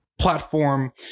platform